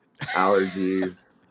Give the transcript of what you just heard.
allergies